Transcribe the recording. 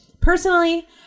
Personally